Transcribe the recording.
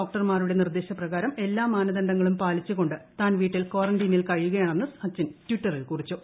ഡോക്ടർമാരുടെ നിർദ്ദേശ പ്രകാരം എല്ലാ മാനദണ്ഡങ്ങളും പാലിച്ചുകൊണ്ട് താൻ വീട്ടിൽ കോറന്റിനിൽ കഴിയുകയാണെന്ന് സച്ചിൻ ട്വിറ്ററിൽ കുറിച്ചു